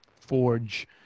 forge